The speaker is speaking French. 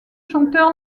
chanteur